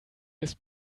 ist